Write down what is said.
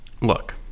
Look